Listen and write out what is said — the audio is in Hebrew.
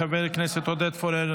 חבר הכנסת עודד פורר,